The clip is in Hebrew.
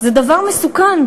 זה דבר מסוכן,